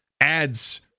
adds